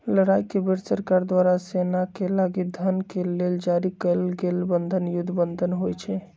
लड़ाई के बेर सरकार द्वारा सेनाके लागी धन के लेल जारी कएल गेल बन्धन युद्ध बन्धन होइ छइ